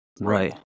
Right